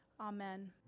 Amen